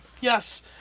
Yes